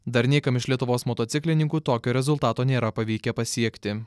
dar niekam iš lietuvos motociklininkų tokio rezultato nėra pavykę pasiekti